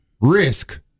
Risk